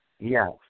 Yes